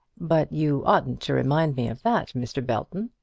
but you oughtn't to remind me of that, mr. belton.